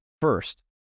first